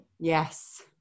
Yes